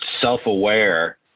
self-aware